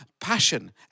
passion